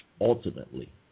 ultimately